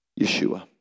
Yeshua